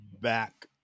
back